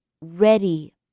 ready